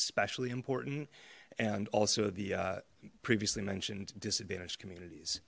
especially important and also the previously mentioned disadvantaged communities